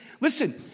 listen